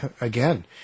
again